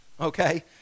okay